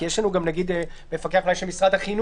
כי יש לנו גם מפקח של משרד החינוך,